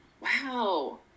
wow